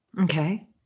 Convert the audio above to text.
Okay